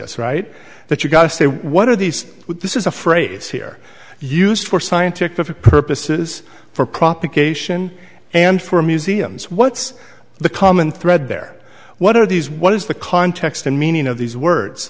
as right that you've got to say one of these this is a phrase here used for scientific purposes for propagation and for museums what's the common thread there what are these what is the context and meaning of these words